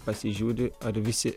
pasižiūri ar visi